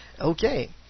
Okay